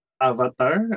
Avatar